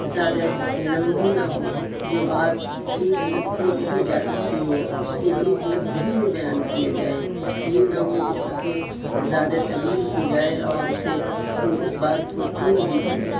زیادہ لمبی نہ ہو جو بات ایک لفظ میں کہی جا سکتی ہو اسے ایک لفظ ہی میں بیان کیا جائے یہ نہ ہو کہ صفحے زیادہ طویل کی جائے اور اسے اس بات کو طول دیا جائے